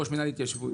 ראש מינהל התיישבות,